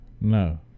No